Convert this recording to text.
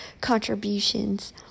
contributions